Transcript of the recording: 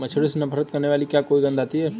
मच्छरों से नफरत करने वाली क्या कोई गंध आती है?